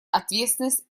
ответственность